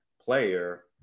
player